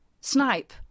Snipe